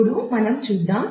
ఇప్పుడు మనం చూద్దాం